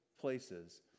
places